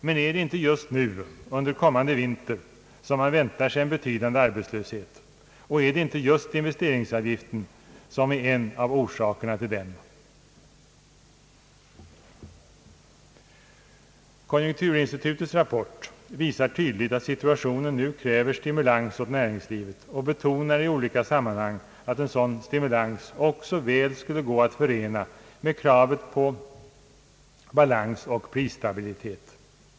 Men är det inte just under kommande vinter som man väntar sig en betydande arbetslöshet, och är det inte just investeringsavgiften som är en av orsakerna till den? Konjunkturinstitutets rapport visar tydligt att situationen nu kräver stimulans åt näringslivet och betonar i olika sammanhang att en sådan stimulans också väl skulle gå att förena med kravet på balans och prisstabilitet.